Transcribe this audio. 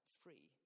free